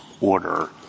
order